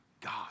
God